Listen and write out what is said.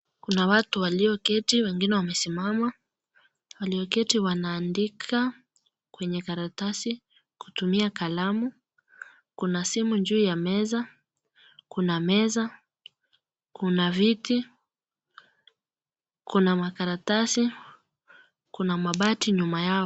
Kuna watu walioketi wengine wamesimama, walioketi wanaandika kwenye karatasi kutumia kalamu. Kuna simu juu ya meza, kuna meza, kuna viti, kuna makaratasi, kuna mabati nyuma yao.